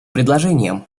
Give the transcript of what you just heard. предложением